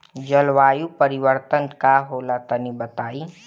जलवायु परिवर्तन का होला तनी बताई?